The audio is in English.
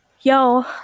yo